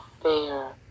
fair